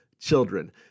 Children